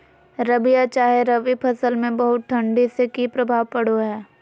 रबिया चाहे रवि फसल में बहुत ठंडी से की प्रभाव पड़ो है?